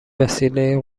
وسیله